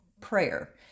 prayer